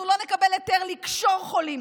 אנחנו לא נקבל היתר לקשור חולים,